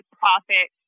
profit